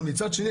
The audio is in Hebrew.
אבל מצד שני,